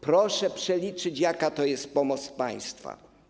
Proszę przeliczyć, jaka to jest pomoc państwa.